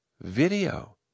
Video